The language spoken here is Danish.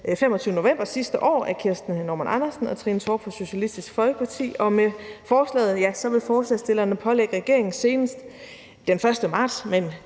25. november sidste år af Kirsten Normann Andersen og Trine Torp fra Socialistisk Folkeparti. Med forslaget vil forslagsstillerne pålægge regeringen senest den 1. marts i